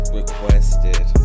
requested